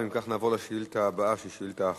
אם כך, נעבור לשאילתא הבאה, שהיא השאילתא האחרונה,